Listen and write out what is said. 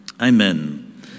Amen